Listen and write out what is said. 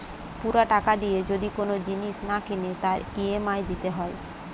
পুরা টাকা দিয়ে যদি কোন জিনিস না কিনে তার ই.এম.আই দিতে হয়